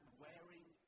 wearing